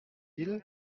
ils